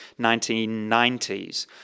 1990s